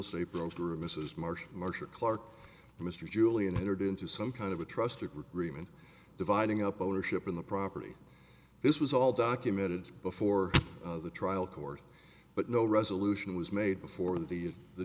estate broker mrs marsh marcia clark mr julian entered into some kind of a trust to reman dividing up ownership in the property this was all documented before the trial court but no resolution was made before the the